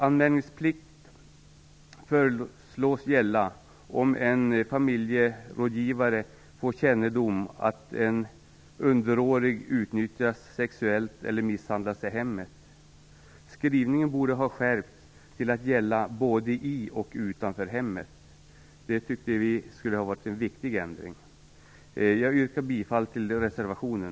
Anmälningsplikt föreslås gälla om en familjerådgivare får kännedom om att en underårig utnyttjas sexuellt eller misshandlas i hemmet. Skrivningen borde ha skärpts till att gälla både i och utanför hemmet. Det skulle ha varit en viktig ändring. Jag yrkar bifall till reservationen.